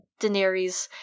Daenerys